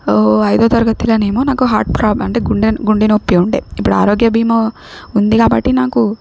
ఓ ఐదో తరగతిలోనేమో నాకు హార్ట్ ప్రాబ్లం అంటే గుండె గుండె నొప్పి ఉండే ఇప్పుడు ఆరోగ్య బీమా ఉంది కాబట్టి నాకు